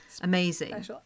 amazing